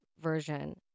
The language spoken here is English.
version